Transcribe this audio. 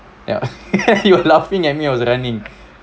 yup you were laughing at me I was running